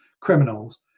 criminals